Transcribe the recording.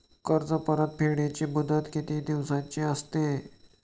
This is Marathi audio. कर्ज परतफेडीची मुदत किती दिवसांची असते?